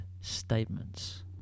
statements